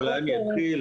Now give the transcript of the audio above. אולי אני אתחיל.